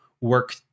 work